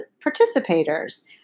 participators